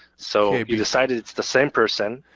so you decide it's the same person,